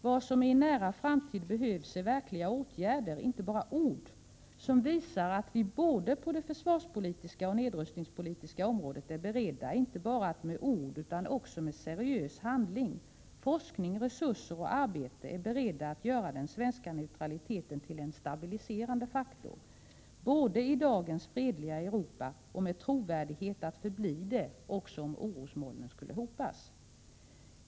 Vad som i en nära framtid behövs är verkliga åtgärder, inte bara ord, som visar att vi både på det försvarspolitiska och på det nedrustningspolitiska området är beredda att, inte bara med ord utan också med seriös handling — forskning, resurser och arbete — att göra den svenska neutraliteten till en stabiliserande faktor, både i dagens fredliga Europa och med trovärdighet att förbli det också om orosmolnen skulle hopas.